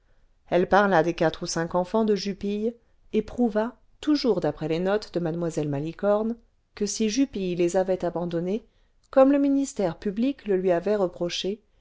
elle parla des quatre ou cinq enfants de jupille et prouva toujours d'après les notes de mlle malicorne que si jupille les avait abandonnés comme le ministère public le lui avait reproché